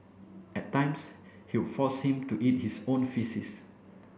at times he would force him to eat his own faeces